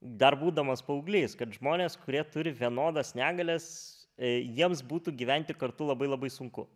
dar būdamas paauglys kad žmonės kurie turi vienodas negalias jiems būtų gyventi kartu labai labai sunku